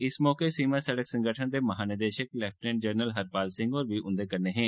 इस मौके सीमा सड़क संगठन दे महानिदेषक लैपिटनेंट जनरल हरपाल सिंह होर बी उन्दे कन्नै हे